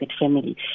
family